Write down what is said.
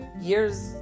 years